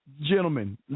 gentlemen